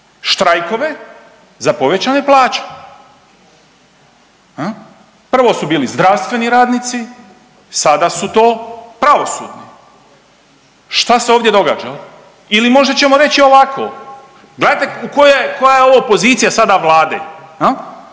štrajkove za povećane plaće. Prvo su bili zdravstveni radnici, sada su to pravosudni. Šta se ovdje događa? Ili možda ćemo reći ovako, gledajte koja je, koja je ovo pozicija sada Vlade,